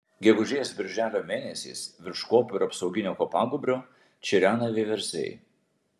gegužės birželio mėnesiais virš kopų ir apsauginio kopagūbrio čirena vieversiai